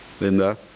Linda